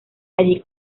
allí